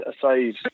aside